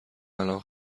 الان